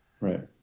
Right